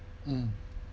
mm